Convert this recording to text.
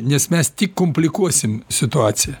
nes mes tik komplikuosim situaciją